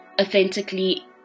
authentically